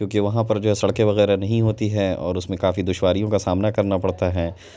کیونکہ وہاں پر جو ہے سڑکیں وغیرہ نہیں ہوتی ہیں اور اس میں کافی دشواریوں کا سامنا کرنا پڑتا ہے